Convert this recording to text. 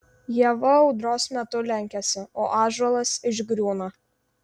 ieva audros metu lenkiasi o ąžuolas išgriūna